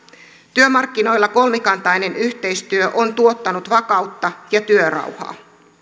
työmarkkinoilla kolmikantainen yhteistyö on tuottanut vakautta ja työrauhaa